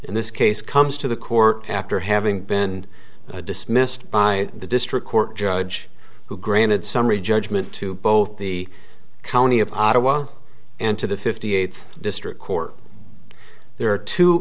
in this case comes to the court after having been dismissed by the district court judge who granted summary judgment to both the county of ottawa and to the fifty eighth district court there are two